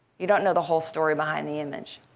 you don't know the whole story behind the image.